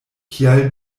kial